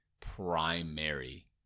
primary